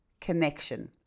connection